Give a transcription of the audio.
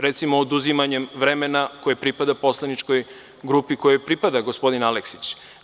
Recimo, oduzimanje vremena koje pripada poslaničkoj grupi, kojoj pripada gospodin Aleksić.